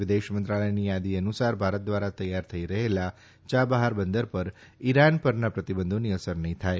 વિદેશ મંત્રાલયની યાદી અનુસાર ભારત દ્વારા તૈયાર થઈ રહેલા ચાબહાર બંદર પર ઈરાન પરના પ્રતિબંધોની અસર નહી થાય